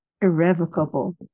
irrevocable